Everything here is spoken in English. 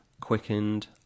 Quickened